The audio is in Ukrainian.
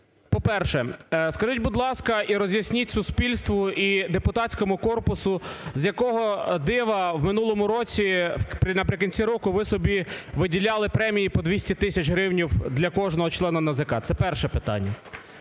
По-перше, скажіть, будь ласка, і роз'ясніть суспільству і депутатському корпусу, з якого дива в минулому році наприкінці року ви собі виділяли премії по 200 тисяч гривень для кожного члена НАЗК. Це перше питання.